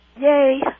Yay